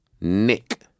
Nick